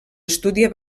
estudia